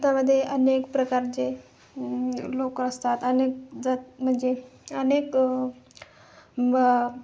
भारतामध्ये अनेक प्रकारचेे लोकं असतात अनेक जात म्हणजे अनेक